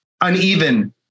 uneven